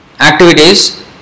activities